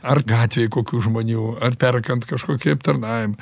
ar gatvėj kokių žmonių ar perkant kažkokį aptarnavimą